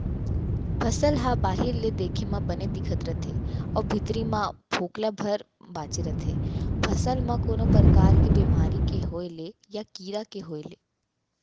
फसल ह बाहिर ले देखे म बने दिखत रथे अउ भीतरी म फोकला भर बांचे रथे फसल म कोनो परकार के बेमारी के होय ले या कीरा के होय ले